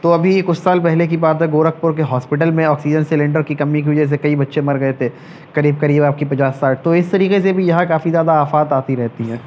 تو ابھی کچھ سال پہلے کی بات ہے گورکھپور کے ہاسپٹل میں آکسیجن سلینڈر کی کمی کی وجہ سے کئی بچے مر گئے تھے قریب قریب آپ کی پچاس ساٹھ تو اس طریقے سے بھی یہاں کافی زیادہ آفات آتی رہتی ہیں